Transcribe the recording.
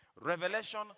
Revelation